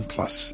Plus